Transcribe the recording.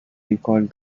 recalled